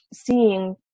seeing